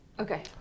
Okay